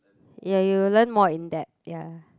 ya you will learn more in depth ya